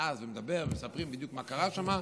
נכנס ומדבר ומספר בדיוק מה קרה שם,